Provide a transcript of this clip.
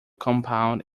compound